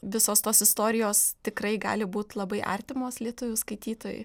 visos tos istorijos tikrai gali būt labai artimos lietuvių skaitytojui